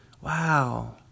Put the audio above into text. Wow